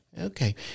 Okay